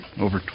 over